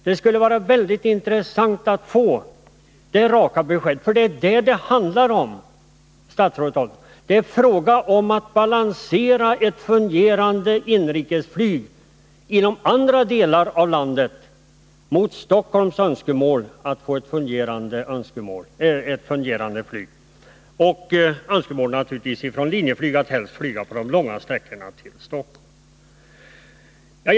Det skulle vara intressant att få ett rakt besked i den frågan. Det är det det handlar om, statsrådet Adelsohn. Det är fråga om att balansera ett fungerande inrikesflyg inom andra delar av landet mot Stockholms önskemål om ett fungerande flyg. Det gäller naturligtvis också Linjeflygs önskemål att helst flyga på de långa sträckorna till Stockholm.